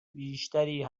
بیشتری